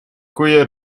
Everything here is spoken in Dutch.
koeien